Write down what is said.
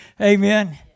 Amen